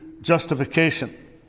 justification